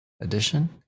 edition